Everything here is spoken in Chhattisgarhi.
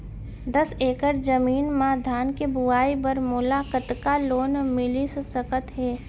दस एकड़ जमीन मा धान के बुआई बर मोला कतका लोन मिलिस सकत हे?